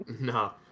No